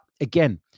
again